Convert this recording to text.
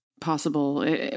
possible